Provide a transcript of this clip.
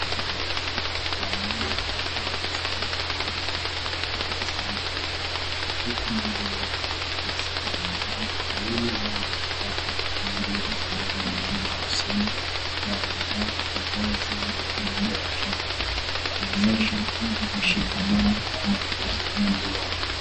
Wanaume watatu wamesimama karibu wakitabasamu kwa furaha, huku mmoja wao akichukua [selfie]. Wawili wao wamejipaka rangi ya bendera ya Kenya usoni na wamevaa vazi yenye nembo ya Kenya, kuonyesha kushikamana na uzalendo wao.